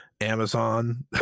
Amazon